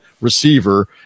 receiver